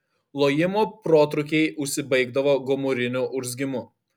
lojimo protrūkiai užsibaigdavo gomuriniu urzgimu